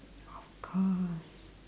of course